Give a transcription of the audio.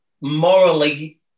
morally